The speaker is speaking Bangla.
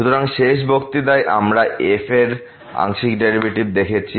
সুতরাং শেষ বক্তৃতায় আমরা f এর আংশিক ডেরিভেটিভগুলি দেখেছি